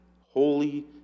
holy